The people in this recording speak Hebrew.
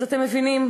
אז אתם מבינים,